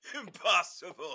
Impossible